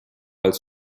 als